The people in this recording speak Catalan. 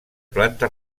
planta